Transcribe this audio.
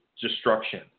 destruction